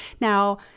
Now